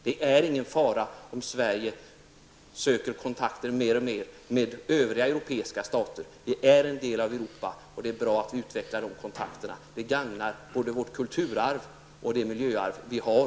Det är ingen fara i att Sverige mer och mer söker kontakt med övriga europeiska stater. Vi är en del av Europa och det är bra att vi utvecklar de kontakterna. Det gagnar både vårt kulturarv och det miljöarv vi har.